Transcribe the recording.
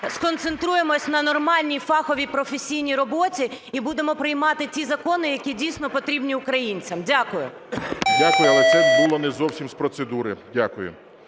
сконцентруємося на нормальній фаховій і професійній роботі і будемо приймати ті закони, які дійсно потрібні українцям. Дякую. ГОЛОВУЮЧИЙ. Дякую. Але це було не зовсім з процедури. Дякую.